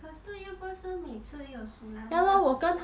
可是又不是每次有 tsunami 的不是